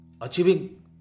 achieving